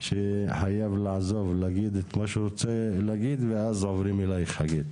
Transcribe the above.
שחייב לעזוב להגיד את מה שהוא רוצה להגיד ואז עוברים אלייך חגית.